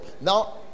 Now